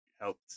helped